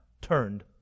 turned